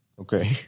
Okay